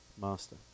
master